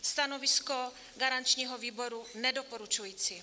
Stanovisko garančního výboru: nedoporučující.